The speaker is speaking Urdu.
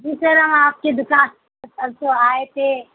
جی سر ہم آپ کی دوکان پر پرسو آئے تھے